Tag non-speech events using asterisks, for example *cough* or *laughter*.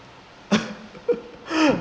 *laughs*